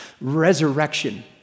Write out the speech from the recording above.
resurrection